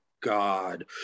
god